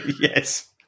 Yes